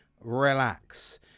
relax